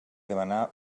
demanar